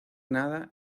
nada